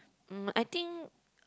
mm I think